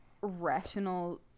rational